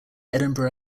edinburgh